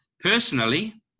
Personally